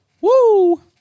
Woo